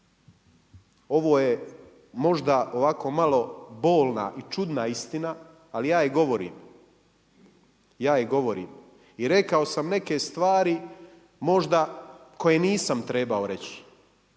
Ovo je možda ovako malo, bolna i čudna istina, ali ja je govorim i rekao sam neke stvari možda koje nisam trebao reći.